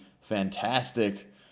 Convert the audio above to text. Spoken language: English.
fantastic